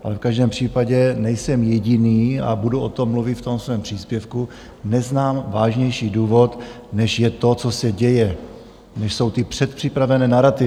Ale v každém případě nejsem jediný a budu o tom mluvit ve svém příspěvku neznám vážnější důvod, než je to, co se děje, než jsou ty předpřipravené narativy.